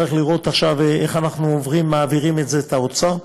צריך לראות עכשיו איך אנחנו מעבירים את זה באוצר.